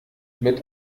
mit